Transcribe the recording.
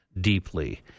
deeply